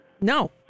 No